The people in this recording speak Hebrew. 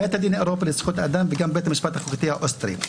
בית דין אירופי לזכויות אדם וגם בית המשפט החוקתי האוסטרי.